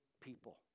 people